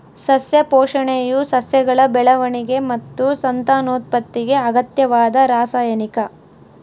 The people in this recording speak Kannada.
ಸಸ್ಯ ಪೋಷಣೆಯು ಸಸ್ಯಗಳ ಬೆಳವಣಿಗೆ ಮತ್ತು ಸಂತಾನೋತ್ಪತ್ತಿಗೆ ಅಗತ್ಯವಾದ ರಾಸಾಯನಿಕ